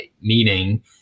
Meaning